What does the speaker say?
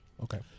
Okay